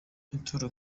itora